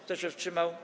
Kto się wstrzymał?